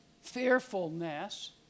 fearfulness